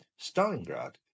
Stalingrad